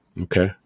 okay